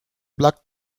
black